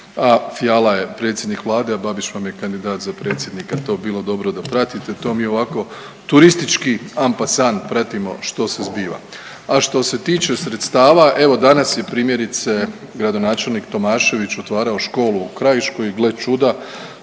a Fiala je predsjednik Vlade, a Babiš vam je kandidat za predsjednika, to bi bilo dobro da pratite, to mi ovako turistički en passant pratimo što se zbiva. A što se tiče sredstava, evo danas je primjerice gradonačelnik Tomašević otvarao školu u Krajiškoj i gle čuda